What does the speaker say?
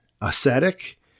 ascetic